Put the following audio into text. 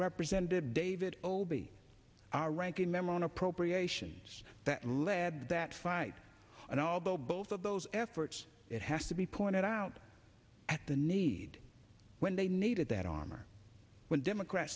represented david o be our ranking member on appropriations that led that fight and although both of those efforts it has to be pointed out at the need when they needed that armor when democrats